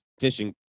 fishing